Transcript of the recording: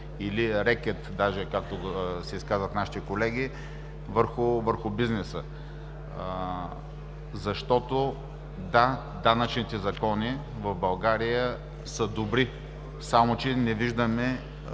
или рекет, както казват нашите колеги, върху бизнеса. Да, данъчните закони в България са добри, само че не виждаме